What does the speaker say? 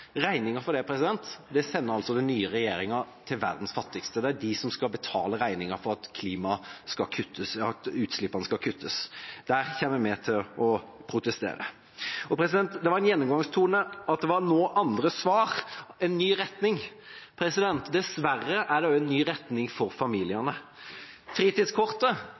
for det sender altså den nye regjeringa til verdens fattigste. Det er de som skal betale regningen for at utslippene skal kuttes. Der kommer vi til å protestere. Det var en gjennomgangstone at det nå var andre svar, en ny retning. Dessverre er det også en ny retning for familiene.